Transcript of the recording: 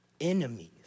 enemies